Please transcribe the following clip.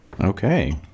okay